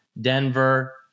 Denver